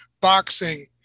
boxing